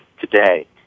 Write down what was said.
today